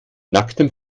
nacktem